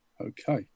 okay